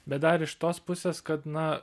bet dar iš tos pusės kad na